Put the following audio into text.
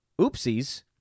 Oopsies